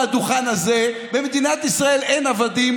מהדוכן הזה: במדינת ישראל אין עבדים.